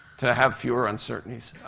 to have fewer uncertainties.